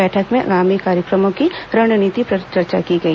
बैठक में आगामी कार्यक्रमों की रणनीति पर चर्चा की गई